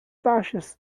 taxas